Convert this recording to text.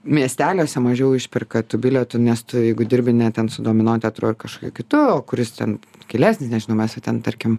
miesteliuose mažiau išpirka tų bilietų nes tu jeigu dirbi ne ten su domino teatru ir kažkuo kitu o kuris ten gilesnis nežinau mes jau ten tarkim